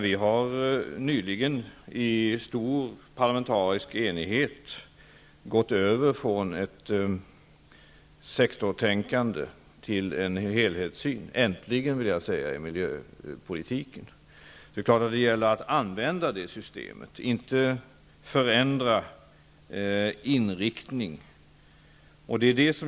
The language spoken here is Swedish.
Vi har nyligen i stor parlamentarisk enighet gått över från ett sektorstänkande till en helhetssyn i miljöpolitiken, äntligen. Det gäller då att använda det systemet och inte ändra inriktningen.